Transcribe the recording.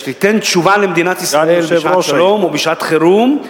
שתיתן תשובה למדינת ישראל בעתות שלום ובשעת חירום,